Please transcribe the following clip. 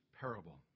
parable